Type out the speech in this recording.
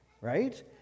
right